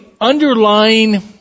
underlying